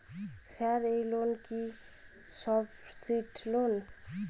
Sir এই loan কি subsidy loan?